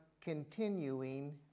continuing